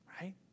right